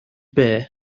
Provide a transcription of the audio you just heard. bear